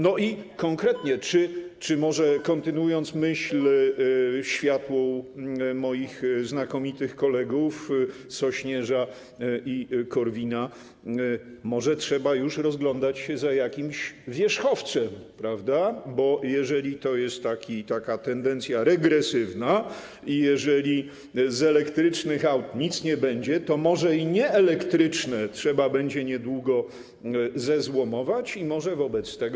No i konkretnie, czy może kontynuując światłą myśl moich znakomitych kolegów: Sośnierza i Korwina, może trzeba już rozglądać się za jakimś wierzchowcem, bo jeżeli to jest tendencja regresywna i jeżeli z elektrycznych aut nic nie będzie, to może i nieelektryczne trzeba będzie niedługo zezłomować i może wobec tego.